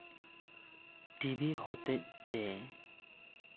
TV ᱦᱚᱛᱮᱡ ᱛᱮ